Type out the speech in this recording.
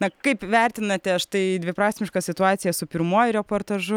na kaip vertinate štai dviprasmišką situaciją su pirmuoju reportažu